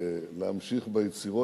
להמשיך ביצירות.